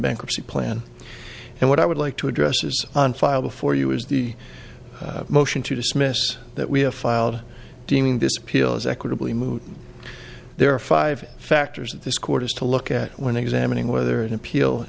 bankruptcy plan and what i would like to address is on file before you is the motion to dismiss that we have filed deeming this appeal as equitably moot there are five factors that this court has to look at when examining whether an appeal